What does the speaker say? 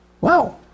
Wow